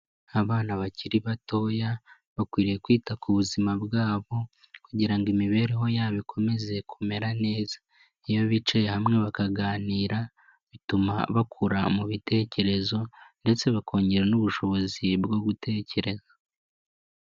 Abana bakiri batoya bakwiriye kwita ku buzima bwabo kugira ngo imibereho yabo ikomeze kumera neza, iyo bicaye hamwe bakaganira bituma bakura mu bitekerezo ndetse bakongera n'ubushobozi bwo gutekereza.